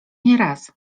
nieraz